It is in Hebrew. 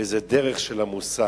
וזה דרך של המוסר.